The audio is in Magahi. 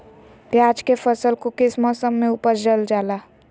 प्याज के फसल को किस मौसम में उपजल जाला?